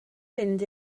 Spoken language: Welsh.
fynd